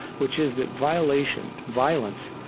which is that violation, violence,